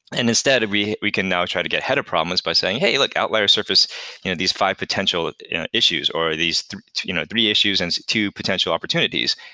and instead, we we can now try to get ahead of problems by saying, hey, look! outlier s surface you know these five potential issues or these three you know three issues and two potential opportunities.